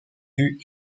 vue